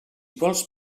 vols